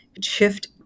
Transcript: shift